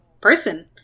person